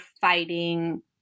fighting